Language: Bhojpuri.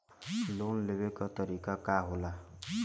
लोन लेवे क तरीकाका होला?